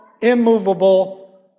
immovable